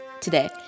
today